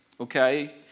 okay